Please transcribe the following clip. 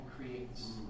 creates